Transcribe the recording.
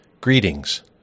Greetings